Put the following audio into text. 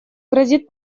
грозит